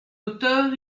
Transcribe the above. hauteur